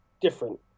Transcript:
different